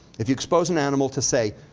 if you expose an animal to say,